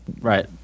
Right